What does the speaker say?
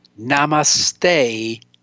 namaste